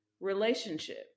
relationship